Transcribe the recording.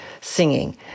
singing